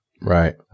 right